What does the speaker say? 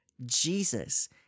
Jesus